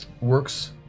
works